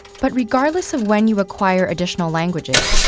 but regardless of when you acquire additional languages,